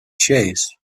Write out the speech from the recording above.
chase